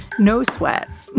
no sweat.